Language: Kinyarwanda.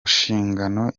nshingano